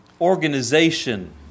organization